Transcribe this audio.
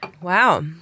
wow